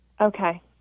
Okay